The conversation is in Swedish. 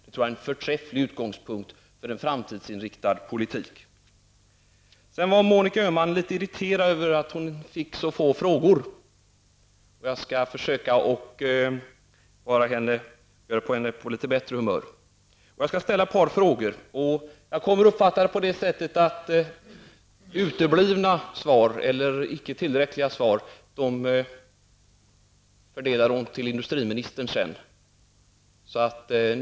Det är en förträfflig utgångspunkt för framtidsinriktad politik. Monica Öhman var litet irriterad över att hon fick så få frågor. Jag skall försöka att göra henne på litet bättre humör. Jag skall ställa ett par frågor. Jag kommer att uppfatta det på det sättet att uteblivna svar eller icke tillräckliga fördelas till industriministern.